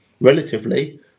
relatively